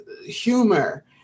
Humor